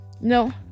no